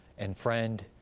and friend,